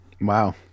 Wow